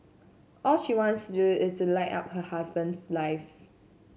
all she wants to do is to light up her husband's life